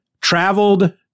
traveled